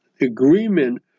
agreement